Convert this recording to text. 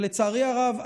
לצערי הרב,